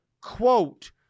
quote